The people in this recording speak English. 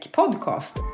podcast